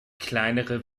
kleinere